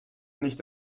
nicht